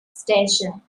station